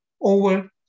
over